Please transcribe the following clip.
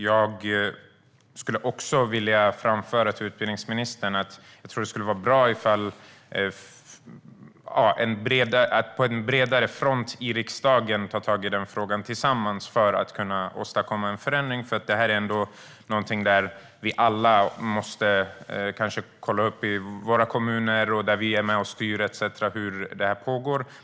Jag skulle vilja framföra till utbildningsministern att jag tror att det skulle vara bra om vi tillsammans, på en bredare front i riksdagen, tar tag i frågan för att åstadkomma en förändring. Vi alla måste kanske kolla upp hur det ser ut i våra kommuner och där vi är med och styr etcetera.